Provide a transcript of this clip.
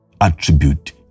attribute